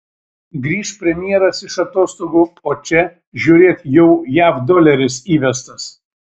grįš premjeras iš atostogų o čia žiūrėk jau jav doleris įvestas